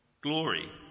glory